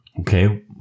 Okay